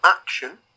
action